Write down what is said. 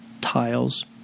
tiles